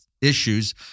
issues